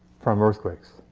from earthquakes.